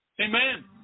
amen